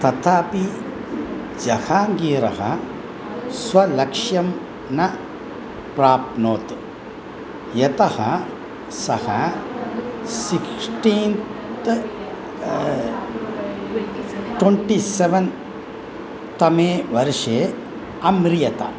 तथापि जहाङ्गीरः स्वलक्ष्यं न प्राप्नोत् यतः सः सिक्स्टीन् त् ट्वेन्टि सवेन् तमे वर्षे अम्रियत